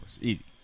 easy